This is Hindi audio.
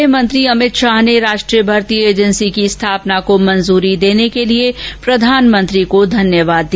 गृह मंत्री अभित शाह ने राष्ट्रीय भर्ती एजेंसी की स्थापना को मंजूरी देने के लिए प्रधानमंत्री को धन्यवाद दिया